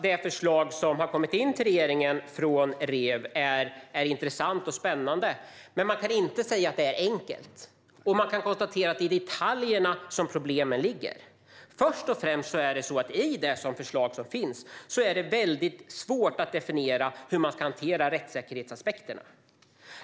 Det förslag som har kommit in till regeringen från Rev är intressant och spännande, men man kan inte säga att det är enkelt. Och man kan konstatera att det är i detaljerna som problemen ligger. Först och främst är det svårt att definiera hur man ska hantera rättssäkerhetsaspekterna i förslaget.